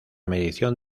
medición